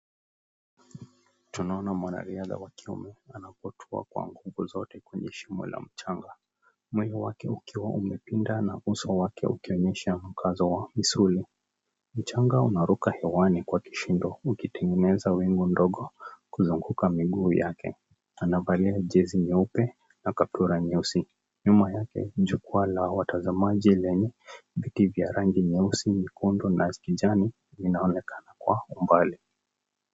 Tunaona mwanariadha wa kiume anakwatua kwa nguvu zote kwenye shimo la mchanga mwili wake ukiwa umepinda na uso wake ukiwa unaonyesha mkazo wa misuli, mchanga unaruka hewani kwa kishindo ukitengeneza wingu ndogo kuzunguka miguu yake, anavalia jezi nyeupe na kaptura nyeusi, nyuma yake jukwaa la watazamaji limepiga rangi nyeusi, nyekundu na kijani unaonekana kwa umbali.